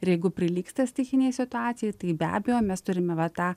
ir jeigu prilygsta stichinei situacijai tai be abejo mes turime va tą